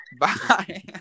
Bye